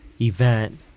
event